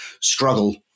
struggle